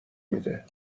میده